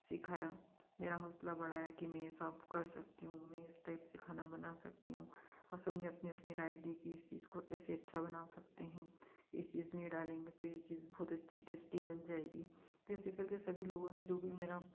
सिखाया मेरा हौसला बढ़ाया कि मैं ऐसा कर सकती हूँ मैं इस टाइप से खाना बना सकती हूँ और सबने अपनी अपनी राय दी की इस चीज़ को ऐसे अच्छा बना सकते हैं इस चीज़ में डालेंगे तो यह चीज़ बहुत अच्छी टेस्टी बन जाएगी तो ऐसे करके सभी लोगों ने जो भी मेरा